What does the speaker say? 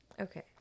Okay